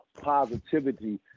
Positivity